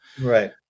Right